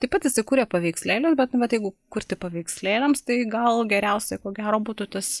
taip pat jisai kuria paveikslėlius bet nu bet jeigu kurti paveikslėliams tai gal geriausia ko gero būtų tas